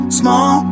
small